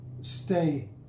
stay